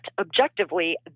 objectively